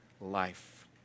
life